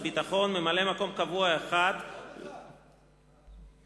הודעה אחרונה, וגם היא דורשת אישור.